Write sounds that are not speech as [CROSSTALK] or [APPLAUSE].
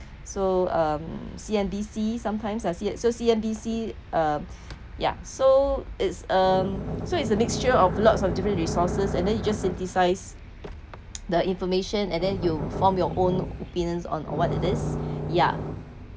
so um C_N_B_C sometimes has so C_N_B_C um [BREATH] yeah so it's(um) so it's a mixture of lots of different resources and then you just synthesise [NOISE] the information and then you form your own opinion on what it is ya